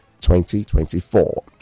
2024